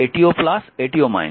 মানে এটিও এটিও